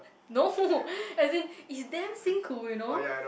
no as in it's damn 辛苦 you know